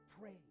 pray